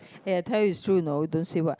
eh I tell you it's true you know don't say what